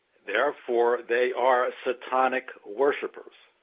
therefore they are satanic worshippers.